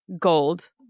gold